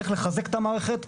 צריך לחזק את המערכת,